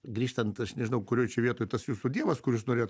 grįžtant aš nežinau kurioj čia vietoj tas jūsų dievas kur jūs norėjot